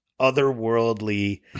otherworldly